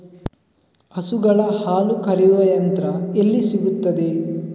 ಹಸುಗಳ ಹಾಲು ಕರೆಯುವ ಯಂತ್ರ ಎಲ್ಲಿ ಸಿಗುತ್ತದೆ?